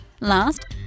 Last